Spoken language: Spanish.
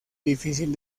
difícil